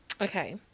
okay